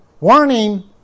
warning